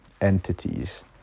entities